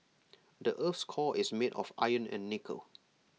the Earth's core is made of iron and nickel